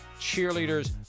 cheerleaders